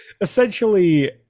essentially